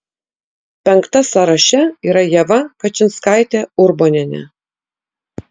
penkta sąraše yra ieva kačinskaitė urbonienė